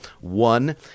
One